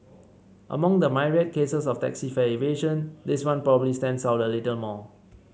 among the myriad cases of taxi fare evasion this one probably stands out a little more